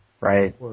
Right